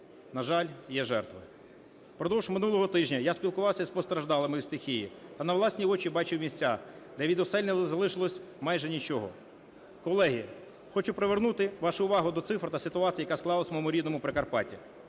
На жаль, є жертви. Впродовж минулого тижня я спілкувався з постраждалими від стихії, а на власні очі бачив місця, де від осель не залишилося майже нічого. Колеги, хочу привернути вашу увагу до цифр та ситуації, яка склалася в моєму рідному Прикарпатті.